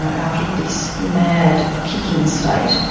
out of this mad kicking state.